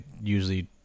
usually